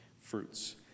fruits